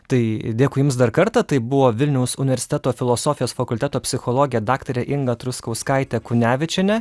tai dėkui jums dar kartą tai buvo vilniaus universiteto filosofijos fakulteto psichologė daktarė inga truskauskaitė kunevičienė